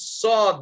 saw